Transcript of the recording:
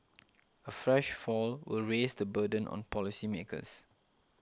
a fresh fall will raise the burden on policymakers